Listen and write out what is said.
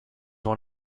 one